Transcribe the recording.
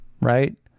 right